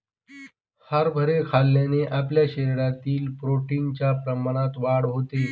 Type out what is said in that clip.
हरभरे खाल्ल्याने आपल्या शरीरातील प्रोटीन च्या प्रमाणात वाढ होते